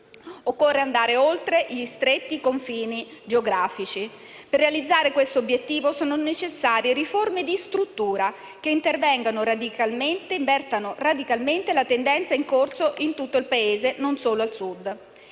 Occorre andare oltre gli stretti confini geografici. Per realizzare questo obiettivo sono necessarie riforme di struttura che intervengano e invertano radicalmente la tendenza in corso in tutto il Paese, non solo al Sud.